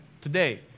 today